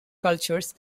cultures